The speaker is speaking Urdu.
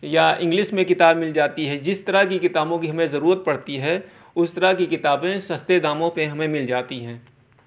یا انگلش میں کتاب مل جاتی ہے جس طرح کی کتابوں کی ہمیں ضرورت پڑتی ہے اُس طرح کی کتابیں سَستے داموں پہ ہمیں مل جاتی ہیں